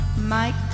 Mike